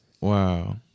Wow